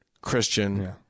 Christian